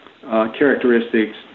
characteristics